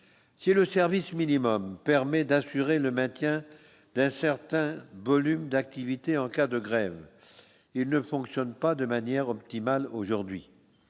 est le service minimum permet d'assurer le maintien d'un certain volume d'activité en cas de grève il ne fonctionne pas de manière optimale, aujourd'hui,